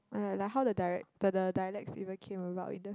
like like like how the dialect the the dialect even came about either